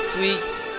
Sweets